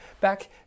back